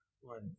one